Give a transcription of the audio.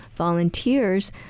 volunteers